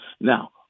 Now